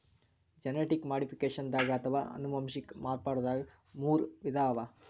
genetic ಮಾಡಿಫಿಕೇಷನ್ದಾಗ್ ಅಥವಾ ಅನುವಂಶಿಕ್ ಮಾರ್ಪಡ್ದಾಗ್ ಮೂರ್ ವಿಧ ಅವಾ